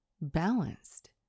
balanced